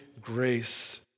grace